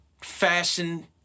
fashion